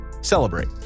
celebrate